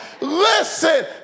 Listen